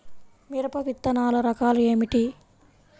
మిరప విత్తనాల రకాలు ఏమిటి?